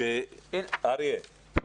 אריה,